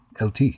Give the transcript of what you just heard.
LT